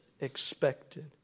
expected